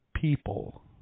people